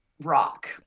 rock